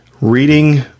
reading